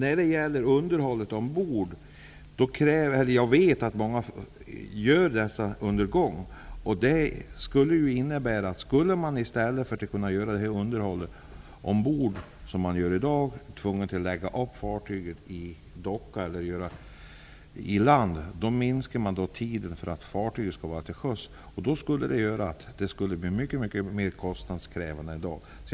Fru talman! Jag vet att man på många fartyg gör underhållet ombord, under fartygets gång. Detta skulle kunna innebära att man blir tvungen att lägga upp fartyget i docka eller på land för att göra underhåll. Då minskar den tid fartyget kan vara till sjöss. Det skulle bli mycket mer kostnadskrävande än i dag.